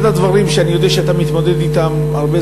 אחד הדברים שאני יודע שאתה מתמודד אתו הרבה,